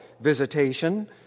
visitation